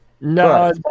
No